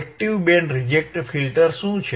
active band reject filter શું છે